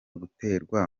guterwa